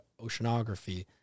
Oceanography